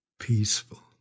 peaceful